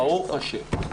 ברוך השם.